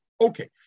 Okay